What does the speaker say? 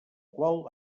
qual